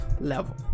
level